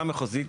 הוועדה המחוזית,